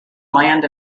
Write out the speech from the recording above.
land